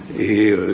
et